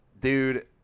Dude